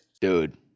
Dude